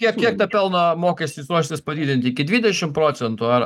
kiek kiek tą pelno mokestį jūs ruošiatės padidinti iki dvidešim procentų ar